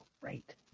Right